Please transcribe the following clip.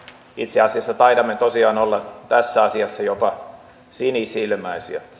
itse asiassa taidamme tosiaan olla tässä asiassa jopa sinisilmäisiä